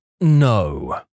no